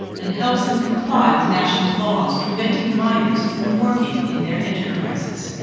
and helps them comply with national laws preventing minors from working in their enterprises.